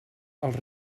als